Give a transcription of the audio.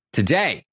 today